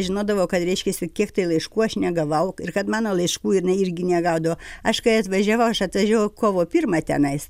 žinodavo kad reiškiasi kiek tai laiškų aš negavau ir kad mano laiškų ir jinai irgi negaudavo aš kai atvažiavau aš atvažiuojau kovo pirmą tenais